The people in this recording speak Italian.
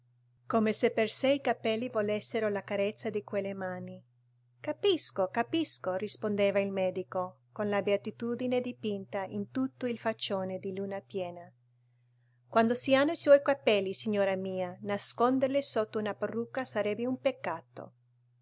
come se per sé i capelli volessero la carezza di quelle mani capisco capisco rispondeva il medico con la beatitudine dipinta in tutto il faccione di luna piena quando si hanno i suoi capelli signora mia nasconderli sotto una parrucca sarebbe un peccato